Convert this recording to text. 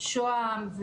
שוהם,